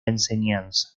enseñanza